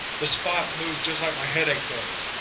the spot moves just like my headache does.